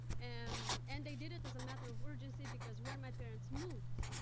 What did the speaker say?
and um and they did it as a matter of urgency because where my parents moved,